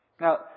Now